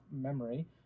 memory